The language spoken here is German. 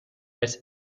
als